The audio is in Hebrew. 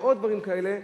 ועוד דברים כאלה,